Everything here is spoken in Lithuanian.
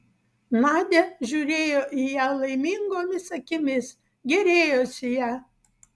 nadia žiūrėjo į ją laimingomis akimis gėrėjosi ja